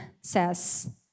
says